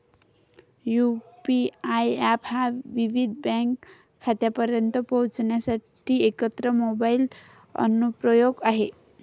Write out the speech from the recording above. UPI app हा विविध bank खात्यांपर्यंत पोहोचण्यासाठी एकच मोबाइल अनुप्रयोग आहे